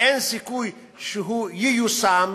אין סיכוי שהוא ייושם